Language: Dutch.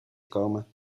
komen